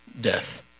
death